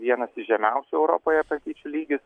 vienas iš žemiausių europoje patyčių lygis